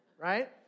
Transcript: Right